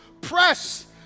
press